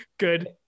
Good